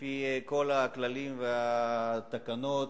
לפי כל הכללים והתקנות,